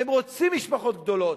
הם רוצים משפחות גדולות,